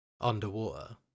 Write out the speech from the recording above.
underwater